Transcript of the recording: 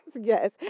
Yes